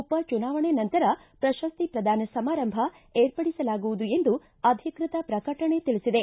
ಉಪ ಚುನಾವಣಾ ನಂತರ ಪ್ರಶಸ್ತಿ ಪ್ರದಾನ ಸಮಾರಂಭ ಏರ್ಪಡಿಸಲಾಗುವುದು ಎಂದು ಅಧಿಕೃತ ಪ್ರಕಟಣೆ ತಿಳಿಸಿದೆ